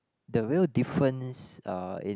the real difference uh in